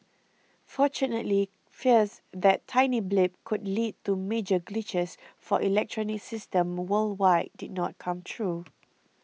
fortunately fears that tiny blip could lead to major glitches for electronic systems worldwide did not come true